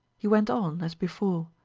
he went on, as before,